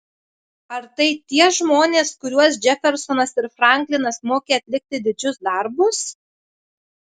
ar tai tie žmonės kuriuos džefersonas ir franklinas mokė atlikti didžius darbus